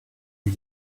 you